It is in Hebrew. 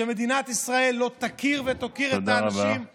שמדינת ישראל לא תכיר ותוקיר את האנשים, תודה רבה.